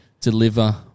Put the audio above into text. Deliver